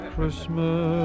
Christmas